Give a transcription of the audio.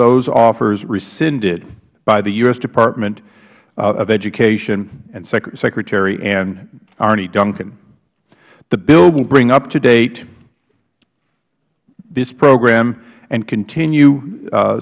those offers rescinded by the u s department of education and secretary arne duncan the bill will bring up to date this program and continue